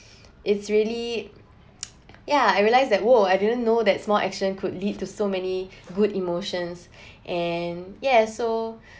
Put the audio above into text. it's really yeah I realised that !wow! I didn't know that small action could lead to so many good emotions and yeah so